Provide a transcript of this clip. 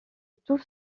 tout